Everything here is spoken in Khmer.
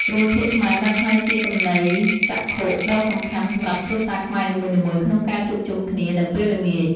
រឿងភាគខ្មែរបានក្លាយជាចំណីចក្ខុដ៏សំខាន់សម្រាប់គ្រួសារខ្មែរនីមួយៗក្នុងការជួបជុំគ្នានៅពេលល្ងាច។